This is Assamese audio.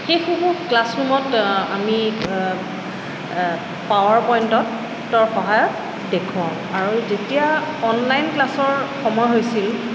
সেইসমূহ ক্লাছ ৰুমত আমি পাৱাৰ পইণ্টত তৰ সহায়ত দেখুৱাও আৰু যেতিয়া অনলাইন ক্লাছৰ সময় হৈছিল